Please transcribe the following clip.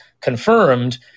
confirmed